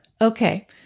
Okay